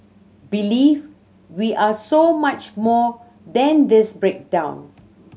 believe we are so much more than this breakdown